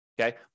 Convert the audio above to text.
Okay